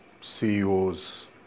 CEOs